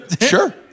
Sure